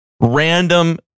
random